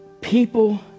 People